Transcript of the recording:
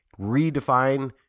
redefine